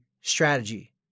strategy